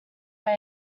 wave